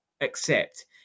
accept